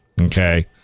Okay